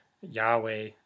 Yahweh